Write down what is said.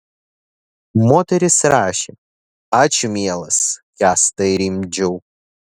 moteris rašė ačiū mielas kęstai rimdžiau